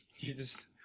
Jesus